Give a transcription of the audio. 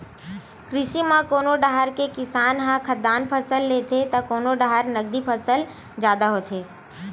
कृषि म कोनो डाहर के किसान ह खाद्यान फसल लेथे त कोनो डाहर नगदी फसल जादा होथे